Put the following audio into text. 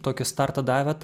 tokį startą davėt